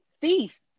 thief